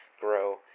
grow